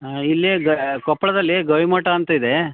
ಹಾಂ ಇಲ್ಲಿ ಗ ಕೊಪ್ಪಳದಲ್ಲಿ ಗವಿಮಠ ಅಂತ ಇದೆ